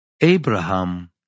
Abraham